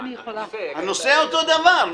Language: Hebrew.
הנושא אותו דבר.